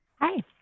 Hi